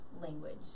language